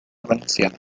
valenciana